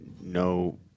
no